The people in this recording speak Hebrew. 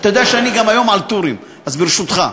אתה יודע שאני היום על טורים, אז ברשותך.